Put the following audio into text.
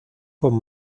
con